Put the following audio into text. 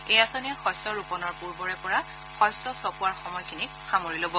এই আঁচনিয়ে শস্য ৰোপনৰ পুৰ্বৰে পৰা শস্য চপোৱাৰ সময়খিনিক সামৰি ল'ব